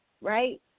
right